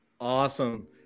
Awesome